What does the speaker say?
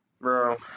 Bro